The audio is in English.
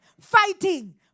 fighting